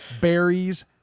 berries